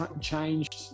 changed